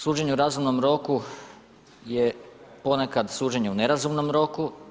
Suđenje u razumnom roku je ponekad suđenje u nerazumnom roku.